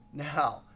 now,